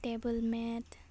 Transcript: table मेड